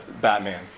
Batman